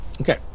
Okay